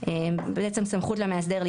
תאגיד."; בעצם סמכות למאסדר,